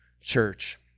church